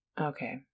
Okay